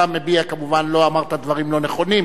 אתה כמובן לא אמרת דברים לא נכונים,